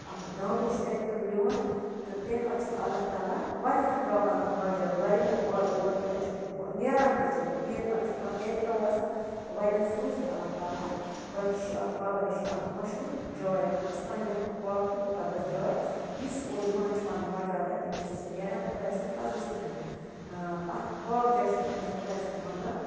اَتھ دامبرِس چھِ اَتہِ تِم لِوان تہٕ تَمہِ پتہٕ چھِ یِم اللہ تعلیٰ واریاہن درٛاو پنُن حاجات واریاہن آیہِ اور تہٕ اَتہِ چھُ نیران تہِ چھےٚ اَتہِ اُمید پَنٕنۍ یہِ چھےٚ پَننٕۍ اعتِقاد آسان تہٕ واریاہن سوٗزۍ تہِ اللہ تعلیٰ ہن بچہِ یہِ چھِ اَکھ بابا ریٖشی اَکھ مشہوٗر جاے اَکھ اَکھ اَستانۍ اَکھ اَکھ پاکھ تہٕ مُقَدس جاے یُس اور یِوان چھُ پننٕۍ حاجات ہٮ۪تھ تٔمِس چھُ سُہ نیران خۄدایہِ سٕنٛدۍ فضلہٕ سۭتھۍ اَتھ پاک جایہِ چھِ تِم پنٛنِس خۄدایس کُن منٛگان